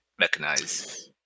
recognize